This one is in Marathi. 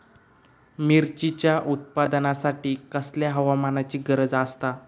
मिरचीच्या उत्पादनासाठी कसल्या हवामानाची गरज आसता?